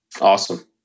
Awesome